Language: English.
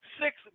six